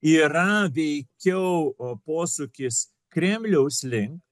yra veikiau posūkis kremliaus link